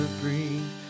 breathe